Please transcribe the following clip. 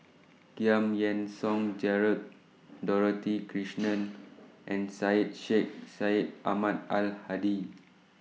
Giam Yean Song Gerald Dorothy Krishnan and Syed Sheikh Syed Ahmad Al Hadi